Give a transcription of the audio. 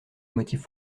motifs